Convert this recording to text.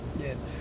yes